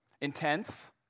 Intense